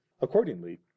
accordingly